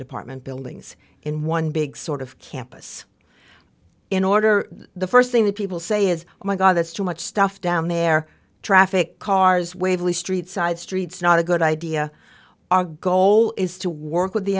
department buildings in one big sort of campus in order the first thing that people say is oh my god that's too much stuff down there traffic cars waverley street side streets not a good idea our goal is to work with the